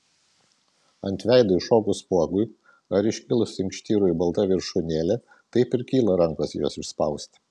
ant veido iššokus spuogui ar iškilus inkštirui balta viršūnėle taip ir kyla rankos juos išspausti